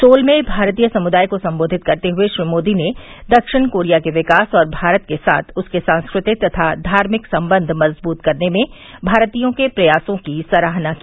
soul में भारतीय समुदाय को संबोधित करते हुए श्री मोदी ने दक्षिण कोरिया के विकास और भारत के साथ उसके सांस्कृतिक तथा धार्मिक संबंध मजबूत करने में भारतीयों के प्रयासों की सराहना की